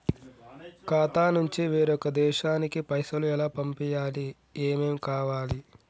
ఖాతా నుంచి వేరొక దేశానికి పైసలు ఎలా పంపియ్యాలి? ఏమేం కావాలి?